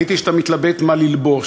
ראיתי שאתה מתלבט מה ללבוש,